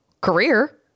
career